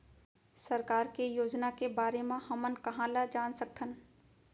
सरकार के योजना के बारे म हमन कहाँ ल जान सकथन?